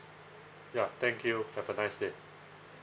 ya thank you have a nice day